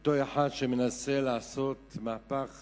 אותו אחד שמנסה לעשות מהפך